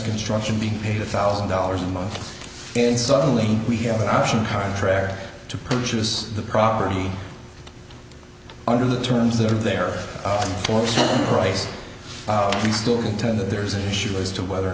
construction being paid a thousand dollars a month in suddenly we have an option contract to purchase the property under the terms that are there for some price he still contend that there's an issue as to whether or